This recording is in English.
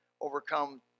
overcome